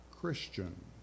Christian